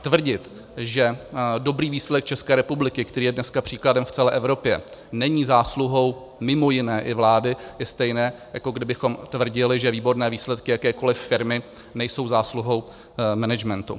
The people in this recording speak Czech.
Tvrdit, že dobrý výsledek ČR, který je dneska příkladem v celé Evropě, není zásluhou mimo jiné i vlády, je stejné, jako kdybychom tvrdili, že výborné výsledky jakékoliv firmy nejsou zásluhou managementu.